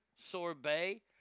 sorbet